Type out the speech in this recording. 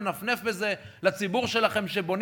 לנפנף בזה לציבור שלכם שבונים.